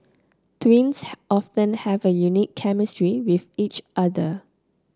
twins often have a unique chemistry with each other